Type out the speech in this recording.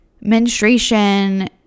Menstruation